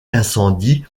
incendie